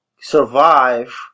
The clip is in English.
survive